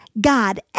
God